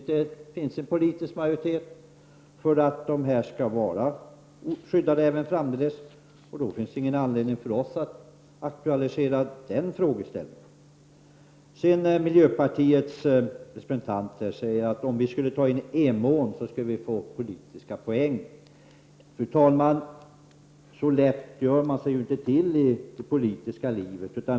Det finns en politisk majoritet för skydd av dessa älvar även framdeles. Då finns det ingen anledning för oss att aktualisera den frågeställningen. Miljöpartiets representant säger att vi skulle få en politisk poäng om vi skulle ta in Emån. Fru taiman! Så lätt tar man det ju inte i det politiska livet.